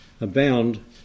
abound